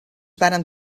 varen